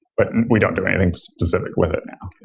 but we don't do anything specific with it now. yeah.